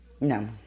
No